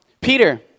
Peter